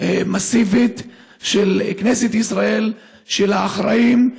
מסיבית של כנסת ישראל, של האחראים,